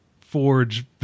forge